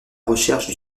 recherche